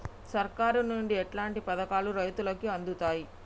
సర్కారు నుండి ఎట్లాంటి పథకాలు రైతులకి అందుతయ్?